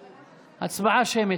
אינו נוכח אמיר